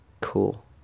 Cool